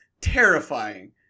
terrifying